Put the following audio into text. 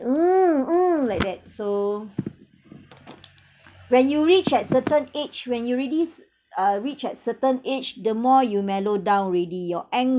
mm mm like that so when you reached at certain age when you already uh reach at certain age the more you mellow down already your